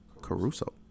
Caruso